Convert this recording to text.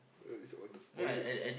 no it's on the